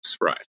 right